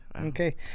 Okay